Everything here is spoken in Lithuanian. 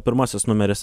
pirmasis numeris